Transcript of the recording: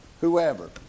whoever